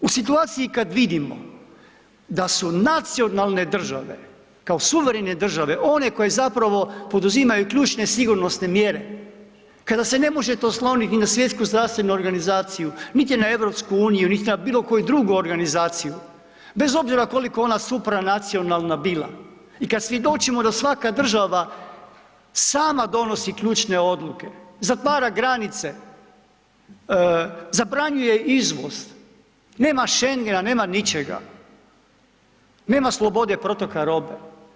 U situaciji kad vidimo da su nacionalne države kao suverene države one koje zapravo poduzimaju ključne i sigurnosne mjere, kada se ne možete osloniti na Svjetsku zdravstvenu organizaciju, niti na EU, niti na bilo koju drugu organizaciju, bez obzira koliko ona supranacionalna bila i kad svjedočimo da svaka država sama donosi ključne odluke, zatvara granice, zabranjuje izvoz, nema Šengena, nema ničega, nema slobode protoka robe.